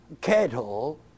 cattle